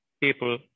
people